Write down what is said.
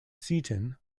seaton